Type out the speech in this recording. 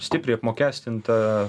stipriai apmokestintą